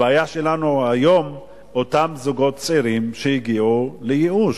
הבעיה שלנו היום היא אותם זוגות צעירים שהגיעו לייאוש.